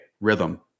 rhythm